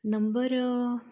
number